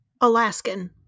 Alaskan